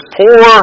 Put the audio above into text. poor